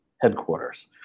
headquarters